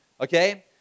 okay